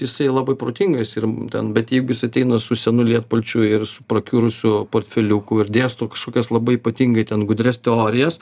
jisai labai protingas ir ten bet jeigu jis ateina su senu lietpalčiu ir su prakiurusiu portfeliuku ir dėsto kažkokias labai ypatingai ten gudrias teorijas